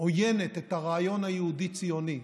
עוינת את הרעיון היהודי-ציוני,